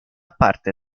parte